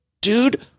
dude